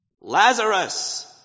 Lazarus